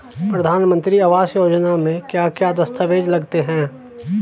प्रधानमंत्री आवास योजना में क्या क्या दस्तावेज लगते हैं?